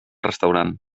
restaurant